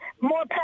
more